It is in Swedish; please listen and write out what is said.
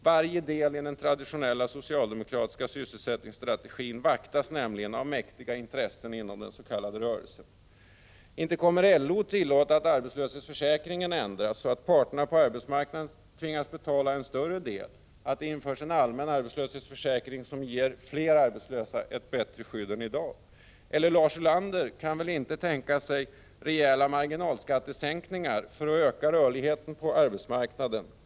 Varje del i den traditionella socialdemokratiska sysselsättningsstrategin vaktas nämligen av mäktiga intressen inom den s.k. rörelsen. Inte kommer LO att tillåta att arbetslöshetsförsäkringen ändras så att parterna på arbetsmarknaden tvingas betala en större del, att det införs en allmän arbetslöshetsförsäkring som ger fler arbetslösa ett bättre skydd än i dag. Lars Ulander kan väl inte heller tänka sig rejäla marginalskattesänkningar för att öka rörligheten på arbetsmarknaden.